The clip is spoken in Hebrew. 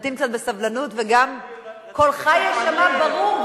תמתין קצת בסבלנות וגם קולך יישמע ברור,